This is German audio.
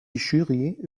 jury